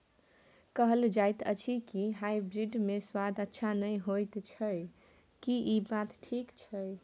कहल जायत अछि की हाइब्रिड मे स्वाद अच्छा नही होयत अछि, की इ बात ठीक अछि?